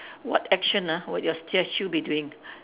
what action ah would your statue be doing